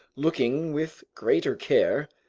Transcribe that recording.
looking with greater care,